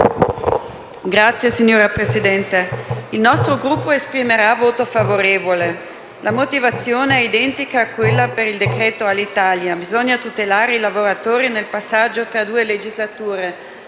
UV))*. Signor Presidente, il nostro Gruppo esprimerà voto favorevole. La motivazione è identica a quella per il decreto Alitalia. Bisogna tutelare i lavoratori nel passaggio tra due legislature,